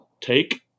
take